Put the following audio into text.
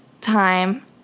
time